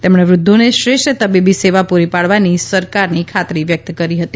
તેમણે વૃધ્ધોને શ્રેષ્ઠ તબીબી સેવા પૂરી પાડવાની સરકારની ખાતરી વ્યક્ત કરી હતી